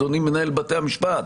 אדוני מנהל בתי המשפט,